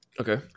Okay